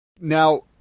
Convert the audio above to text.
Now